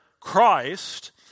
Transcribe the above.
Christ